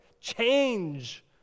Change